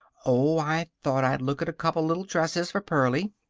oh, i thought i'd look at a couple little dresses for pearlie.